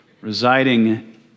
residing